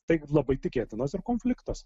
tai labai tikėtinas ir konfliktas